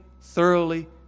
thoroughly